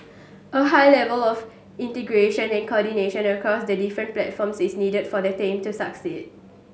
a high level of integration and coordination across the different platforms is needed for the team to succeed